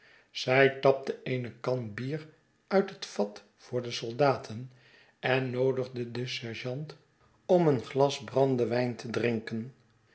zij tapte eene kan bier uit het vat voor de soldaten en noodigde den sergeant om een glas brandewijn te drinken